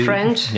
French